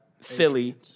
Philly